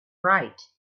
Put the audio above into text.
write